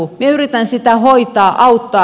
minä yritän sitä hoitaa auttaa